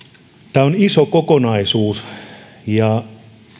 tämä on iso kokonaisuus ja